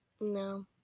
No